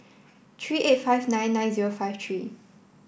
three eight five nine nine zero five three